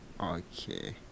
Okay